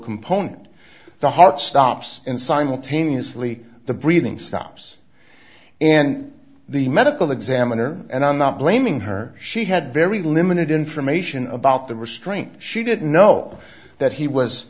component the heart stops and simultaneously the breathing stops and the medical examiner and i'm not blaming her she had very limited information about the restraint she didn't know that he was